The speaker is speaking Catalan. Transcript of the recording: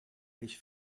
peix